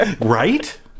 Right